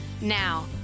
Now